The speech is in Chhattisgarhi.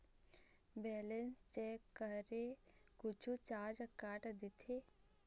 बैलेंस चेक करें कुछू चार्ज काट देथे?